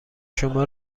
شما